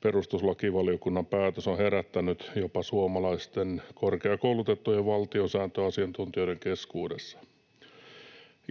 perustuslakivaliokunnan päätös on herättänyt jopa suomalaisten korkeakoulutettujen valtiosääntöasiantuntijoiden keskuudessa.